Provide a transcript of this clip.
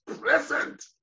present